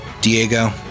Diego